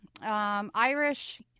Irish